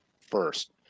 first